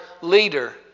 leader